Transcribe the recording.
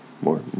More